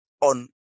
on